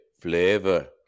Flavor